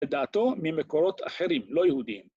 ‫לדעתו, ממקורות אחרים, לא יהודיים.